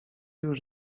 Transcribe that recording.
już